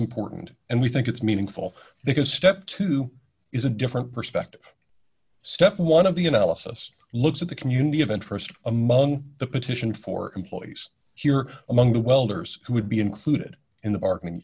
important and we think it's meaningful because step two is a different perspective step one of the analysis looks at the community of interest among the petition for employees here among the welders who would be included in the marketing